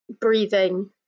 breathing